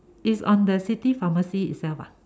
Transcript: its on the city pharmacy itself ah